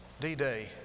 D-Day